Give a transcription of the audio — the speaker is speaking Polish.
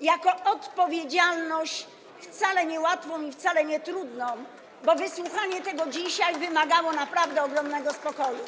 jako odpowiedzialność wcale niełatwą i wcale nietrudną, bo wysłuchanie tego dzisiaj wymagało naprawdę ogromnego spokoju.